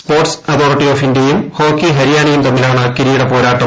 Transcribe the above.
sports authority of ഇന്ത്യയും hockey ഹരിയാനയും തമ്മിലാണ് കിരീടപ്പോരാട്ടം